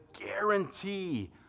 guarantee